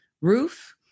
roof